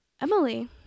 Emily